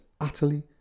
utterly